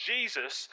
Jesus